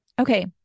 Okay